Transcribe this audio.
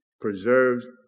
preserves